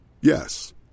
Yes